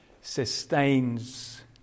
sustains